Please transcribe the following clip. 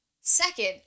Second